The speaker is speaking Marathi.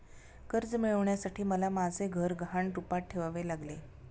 कर्ज मिळवण्यासाठी मला माझे घर गहाण रूपात ठेवावे लागले